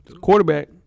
quarterback